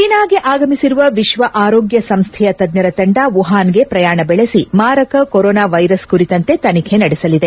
ಚೀನಾಗೆ ಆಗಮಿಸಿರುವ ವಿಶ್ವ ಆರೋಗ್ಯ ಸಂಸ್ಥೆಯ ತಜ್ಞರ ತಂಡ ವುಹಾನ್ಗೆ ಪ್ರಯಾಣ ಬೆಳೆಸಿ ಮಾರಕ ಕೊರೊನಾ ವೈರಸ್ ಕುರಿತಂತೆ ತನಿಖೆ ನಡೆಸಲಿದೆ